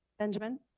Benjamin